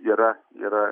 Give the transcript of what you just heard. yra yra